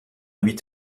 huit